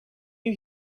you